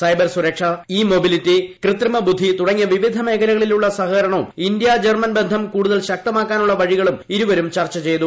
cyber സുർക്ഷൻ e mobility കൃത്രിമ ബുദ്ധി തുടങ്ങിയ വിവിധ മേഖ്ലികളിലുള്ള സഹകരമവും ഇന്ത്യ ജർമ്മൻ ബന്ധം കൂടുതൽ ശ്ക്തമാക്കാനുള്ള വഴികളും ഇരുവരും ചർച്ച ചെയ്തു